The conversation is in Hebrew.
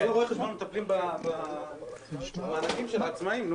כל רואי החשבון מטפלים במענקים של העצמאים.